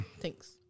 Thanks